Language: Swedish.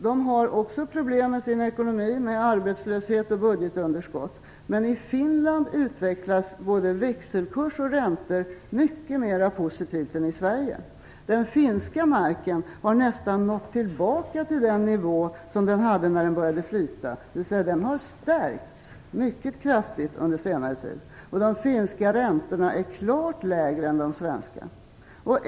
De har också problem med sin ekonomi med arbetslöshet och budgetunderskott. Men i Finland utvecklas både växelkurs och räntor mycket mera positivt än i Sverige. Den finska marken har nästan gått tillbaka till den nivå som den hade när den började flyta, dvs. att den har stärkts mycket kraftigt under senare tid. De finska räntorna är klart lägre än de svenska.